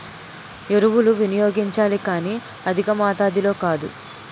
ఎరువులు వినియోగించాలి కానీ అధికమాతాధిలో కాదు